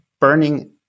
burning